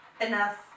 Enough